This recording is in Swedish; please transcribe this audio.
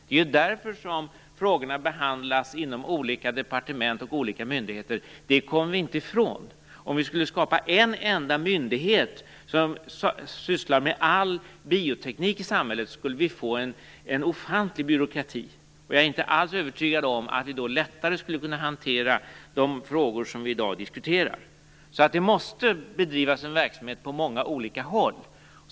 Det är därför frågorna behandlas inom olika departement och olika myndigheter. Det kommer vi inte ifrån. Om vi skulle skapa en enda myndighet som sysslar med all bioteknik i samhället skulle vi få en ofantlig byråkrati. Jag är inte alls övertygad om att vi då lättare skulle kunna hantera de frågor vi i dag diskuterar. Det måste bedrivas en verksamhet på många olika håll.